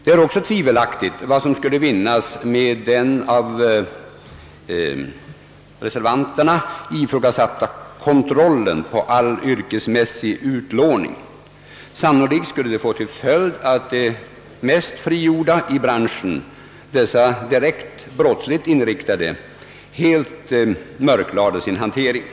Det är också tvivelaktigt om något skulle vinnas med den av reservanterna ifrågasatta kontrollen av all yrkesmässig utlåning. Sannolikt skulle den få till följd att de mest frigjorda i branschen, de mest brottsligt inriktade, helt mörklade sin hantering.